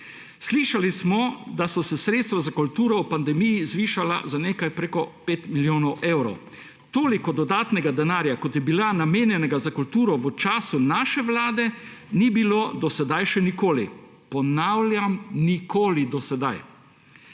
Slišali smo, da so se sredstva za kulturo ob pandemiji zvišala za nekaj prek 5 milijonov evrov. Toliko dodatnega denarja, kot ga je bilo namenjenega za kulturo v času naše vlade, ni bilo do sedaj še nikoli. Ponavljam, nikoli do sedaj.